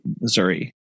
Missouri